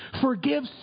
Forgive